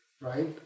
right